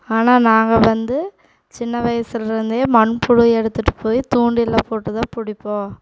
ஆனால் நாங்கள் வந்து சின்ன வயசிலேருந்தே மண்புழு எடுத்துட்டு போய் தூண்டில்ல போட்டு தான் பிடிப்போம்